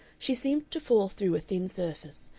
she seemed to fall through a thin surface,